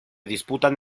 disputan